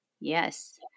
Yes